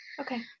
Okay